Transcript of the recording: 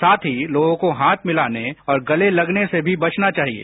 साथ ही लोगों को हाथ मिलाने और गले गलने से भी बचना चाहिए